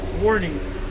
Warnings